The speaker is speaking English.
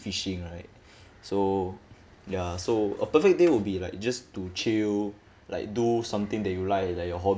fishing right so ya so a perfect day would be like just to chill like do something that you like like your hobby